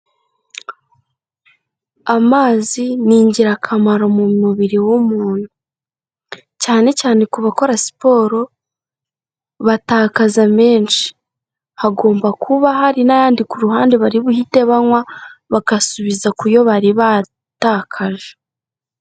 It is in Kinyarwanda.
Amazi ni ingirakamaro mu mubiri w'umuntu cyane cyane ku bakora siporo batakaza menshi, hagomba kuba hari n'ayandi ku ruhande bari buhite banywa bagasubiza kuyo bari baratakaje.